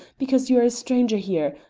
because you are a stranger here,